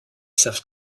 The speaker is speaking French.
savent